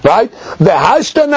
Right